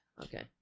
Okay